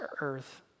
earth